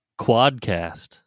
quadcast